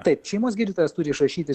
taip šeimos gydytojas turi išrašyti